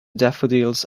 daffodils